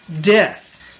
death